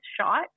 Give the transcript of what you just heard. shot